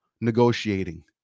negotiating